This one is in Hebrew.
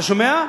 אתה שומע?